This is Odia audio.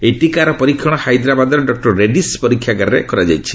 ଏହି ଟିକାର ପରୀକ୍ଷଣ ହାଇଦ୍ରାବାଦର ଡକୁର ରେଡ୍ଭୀସ୍ ପରୀକ୍ଷା ଗାରରେ କରାଯାଇଛି